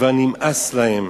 כבר נמאס להם